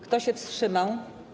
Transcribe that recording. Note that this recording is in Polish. Kto się wstrzymał?